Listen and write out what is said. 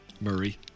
Murray